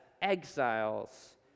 exiles